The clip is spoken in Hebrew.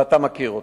ואתה מכיר אותה,